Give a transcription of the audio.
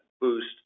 boost